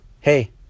hey